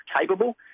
capable